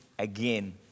again